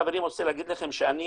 חברים, אני רוצה לומר לכם שאני